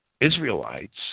Israelites